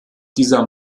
dieser